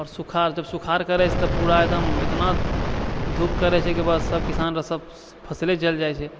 सुखाड़ जब सुखाड़ करै छै तऽ पूरा एकदम एतना धूप करै छै की बस सब किसान रऽ सब फसले जलि जाइ छै